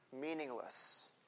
meaningless